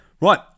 Right